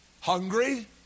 hungry